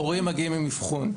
הורים מגיעים עם אבחון,